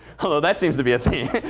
although that seems to be a thing.